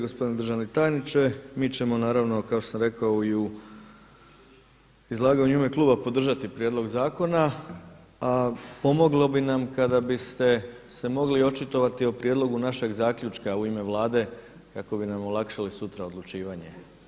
Gospodine državni tajniče mi ćemo naravno kao što sam rekao i u izlaganju u ime kluba podržati prijedlog zakona, a pomoglo bi nam kada biste se mogli očitovati o prijedlogu našeg zaključka u ime Vlade kako bi nam olakšali sutra odlučivanje.